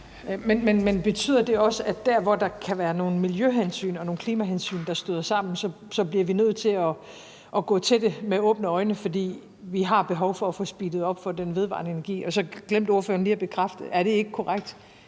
Men betyder det også, at der, hvor der kan være nogle miljøhensyn og nogle klimahensyn, der støder sammen, bliver vi nødt til at gå til det med åbne øjne, fordi vi har behov for at få speedet op for den vedvarende energi? Så glemte partilederen lige at bekræfte: Er det ikke korrekt,